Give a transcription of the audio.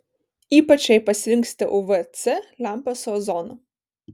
ypač jei pasirinksite uv c lempą su ozonu